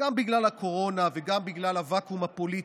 הייתה גם בגלל הקורונה וגם בגלל הוואקום הפוליטי,